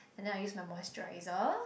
then I use my moisturiser